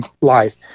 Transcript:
life